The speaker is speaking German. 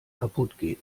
kaputtgehen